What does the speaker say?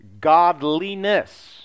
godliness